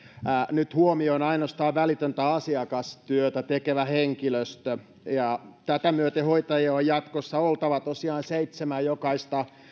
nyt huomioon ainoastaan välitöntä asiakastyötä tekevä henkilöstö ja tätä myöten hoitajia on jatkossa oltava tosiaan seitsemän jokaista